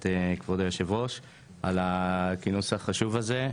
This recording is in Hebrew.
את כבוד היושב-ראש על הכינוס החשוב הזה.